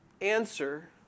answer